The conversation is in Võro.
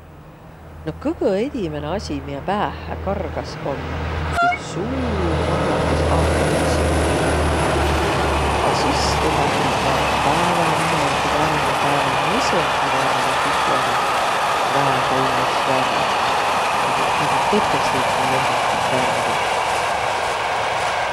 No edimäne asi, miä päähä kargas, om üts suur mahlakas apõlsiin. A sis tulõ viil ka pääväminengi värv ja päävänõsõngi värv om pihlõnõ. Väega illos värv. Nigu tõtõstõ üts mu lemmikit värve.